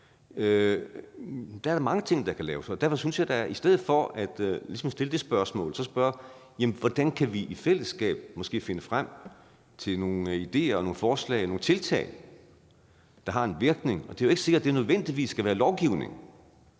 der er mange ting, der kan laves, og derfor synes jeg da, at vi i stedet for ligesom at stille det spørgsmål, kan spørge: Hvordan kan vi måske i fællesskab finde frem til nogle ideer, nogle forslag og nogle tiltag, der har en virkning? Det er jo ikke sikkert, at det hele nødvendigvis skal være lovgivning